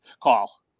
call